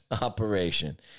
operation